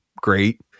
great